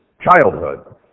childhood